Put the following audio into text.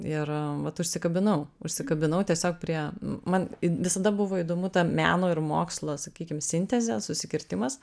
ir vat užsikabinau užsikabinau tiesiog prie man visada buvo įdomu ta meno ir mokslo sakykim sintezė susikirtimas